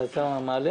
אני מעלה